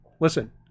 listen